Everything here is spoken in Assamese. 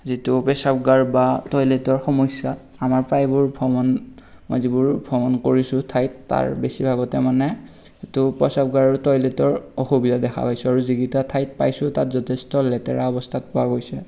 যিটো প্ৰস্ৰাৱগাৰ বা টয়লেটৰ সমস্যা আমাৰ প্ৰায়বোৰ ভ্ৰমণ মই যিবোৰ ভ্ৰমণ কৰিছোঁ ঠাইত তাৰ বেছিভাগতে মানে এইটো প্ৰস্ৰাৱগাৰ টয়লেটৰ অসুবিধা দেখা পাইছোঁ আৰু যিকেইটা ঠাইত পাইছোঁ তাত যথেষ্ট লেতেৰা অৱস্থাত পোৱা গৈছে